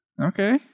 Okay